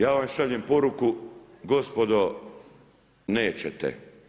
Ja vam šaljem poruku gospodo nećete.